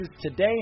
today